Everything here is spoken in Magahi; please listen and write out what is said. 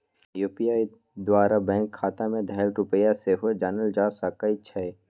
यू.पी.आई द्वारा बैंक खता में धएल रुपइया सेहो जानल जा सकइ छै